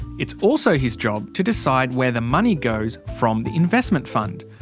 it's also his job to decide where the money goes from the investment fund,